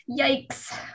yikes